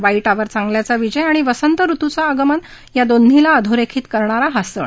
वाईटावर चांगल्याचा विजय आणि वसंत रुतूचं आगमन या दोन्हीला अधोरेखित करणारा हा सण